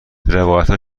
روایتها